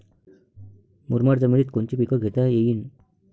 मुरमाड जमिनीत कोनचे पीकं घेता येईन?